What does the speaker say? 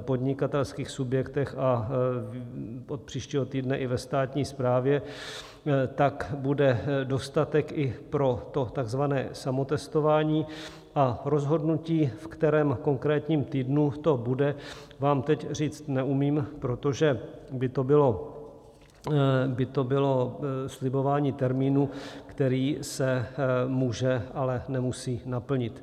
podnikatelských subjektech a od příštího týdne i ve státní správě, bude dostatek i pro to takzvané samotestování, a rozhodnutí, v kterém konkrétním týdnu to bude, vám teď říct neumím, protože by to bylo slibování termínu, který se může, ale nemusí naplnit.